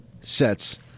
sets